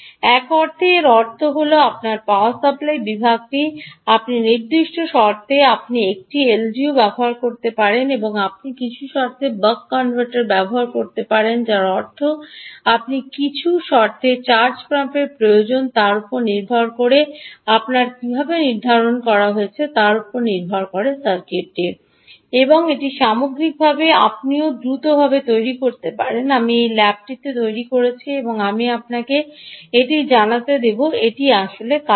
এক অর্থে এর অর্থ হল আপনার পাওয়ার সাপ্লাই বিভাগটি আপনি নির্দিষ্ট শর্তে আপনি একটি এলডিও ব্যবহার করতে পারবেন আপনি কিছু শর্তে বক কনভার্টর ব্যবহার করতে পারেন যার অর্থ আপনি কিছু শর্তে চার্জ পাম্পের প্রয়োজন তার উপর নির্ভর করে ডান আপনার কীভাবে নির্ধারণ করতে হবে তার উপর নির্ভর করে সার্কিট এবং এটি সামগ্রিকভাবে আপনিও দ্রুত তৈরি করতে পারেন আমি এটি ল্যাবটিতে তৈরি করেছি এবং আমি আপনাকে এটি জানাতে দেব যে এটি আসলে কাজ করে